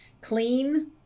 Clean